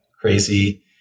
crazy